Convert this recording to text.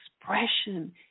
expression